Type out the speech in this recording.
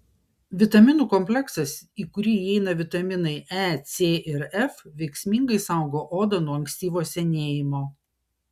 vitaminų kompleksas į kurį įeina vitaminai e c ir f veiksmingai saugo odą nuo ankstyvo senėjimo